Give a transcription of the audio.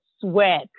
sweat